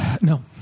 No